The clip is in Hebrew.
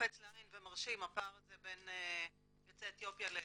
קופץ לעין ומרשים הפער הזה בין יוצאי אתיופיה לוותיקים.